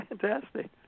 fantastic